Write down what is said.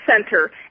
center